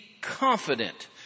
confident